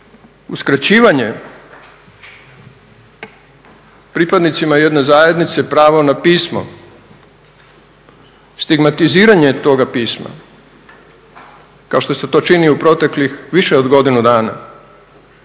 Uskraćivanje pripadnicima jedne zajednice pravo na pismo, stigmatiziranje toga pisma kao što se to čini u proteklih više od godinu dana